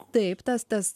taip tas tas